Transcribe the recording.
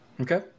Okay